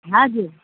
हजुर